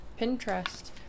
pinterest